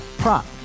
prop